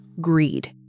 Greed